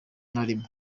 narimo